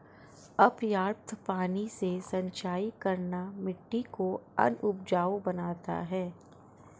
अपर्याप्त पानी से सिंचाई करना मिट्टी को अनउपजाऊ बनाता है